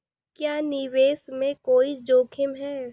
क्या निवेश में कोई जोखिम है?